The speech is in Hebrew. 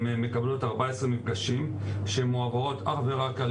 הן מקבלות 14 מפגשים המועברים אך ורק על